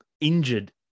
injured